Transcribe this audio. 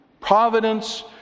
providence